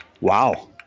Wow